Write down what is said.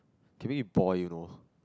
can make me boil you know